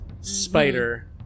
spider